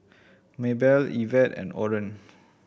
Maebelle Yvette and Oren